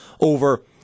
over